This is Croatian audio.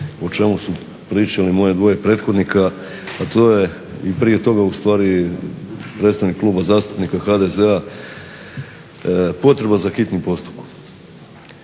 o čemu su pričali moje dvoje prethodnika, a to je i prije toga ustvari predstavnik Kluba zastupnika HDZ-a, potreba za hitnim postupkom.